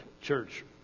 church